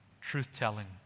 truth-telling